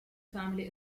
family